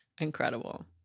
Incredible